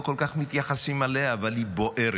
כל כך מתייחסים אליה אבל היא בוערת.